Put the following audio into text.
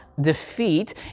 Defeat